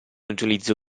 utilizzo